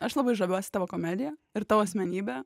aš labai žaviuosi tavo komedija ir tavo asmenybe